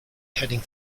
heading